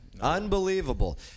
Unbelievable